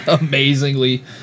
amazingly